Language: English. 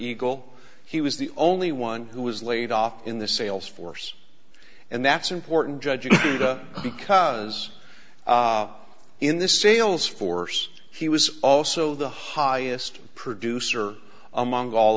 eagle he was the only one who was laid off in the sales force and that's important judging because in this sales force he was also the highest producer among all